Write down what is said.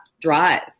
drive